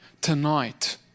tonight